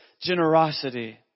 generosity